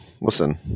listen